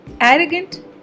Arrogant